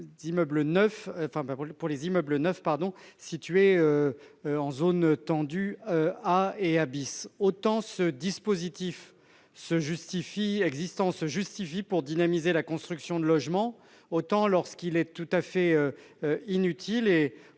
pour les immeubles neufs situés en zones tendues A et A . Autant le dispositif existant se justifie pour dynamiser la construction de logements, autant il est tout à fait inutile